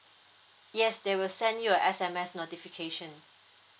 yes they will send you a S_M_S notification